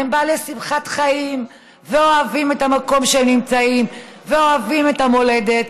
והם בעלי שמחת חיים ואוהבים את המקום שהם נמצאים ואוהבים את המולדת,